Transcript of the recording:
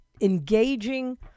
engaging